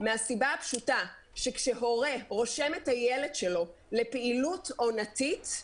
מהסיבה הפשוטה שכשהורה רושם את הילד לפעילות עונתית,